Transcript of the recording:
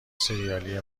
ســریالی